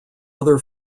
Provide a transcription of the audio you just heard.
other